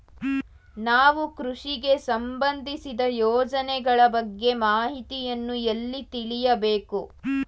ನಾವು ಕೃಷಿಗೆ ಸಂಬಂದಿಸಿದ ಯೋಜನೆಗಳ ಬಗ್ಗೆ ಮಾಹಿತಿಯನ್ನು ಎಲ್ಲಿ ತಿಳಿಯಬೇಕು?